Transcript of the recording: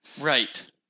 Right